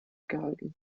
gehalten